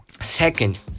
second